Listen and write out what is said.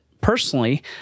personally